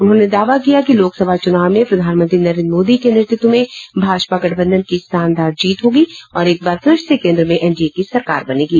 उन्होंने दावा किया कि लोकसभा चुनाव मे प्रधानमंत्री नरेंद्र मोदी के नेतृत्व मे भाजपा गठबंधन की शानदार जीत होगी और एक बार फिर से केंद्र मे एनडीए की सरकार बनेंगी